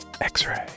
X-Ray